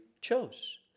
chose